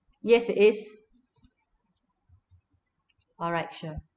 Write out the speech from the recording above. yes it is alright sure